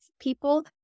people